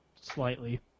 Slightly